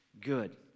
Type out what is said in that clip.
good